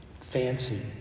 fancy